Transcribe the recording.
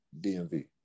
DMV